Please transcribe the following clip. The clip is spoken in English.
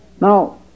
Now